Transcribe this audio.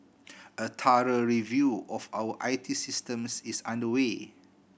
a thorough review of our I T systems is underway